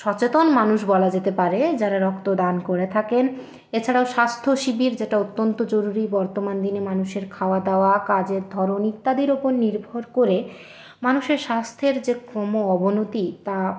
সচেতন মানুষ বলা যেতে পারে যারা রক্তদান করে থাকেন এছাড়াও স্বাস্থ্য শিবির যেটা অত্যন্ত জরুরী বর্তমান দিনে মানুষের খাওয়া দাওয়া কাজের ধরন ইত্যাদির উপর নির্ভর করে মানুষের স্বাস্থ্যের যে ক্রম অবনতি যা